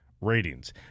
ratings